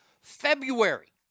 February